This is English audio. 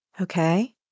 okay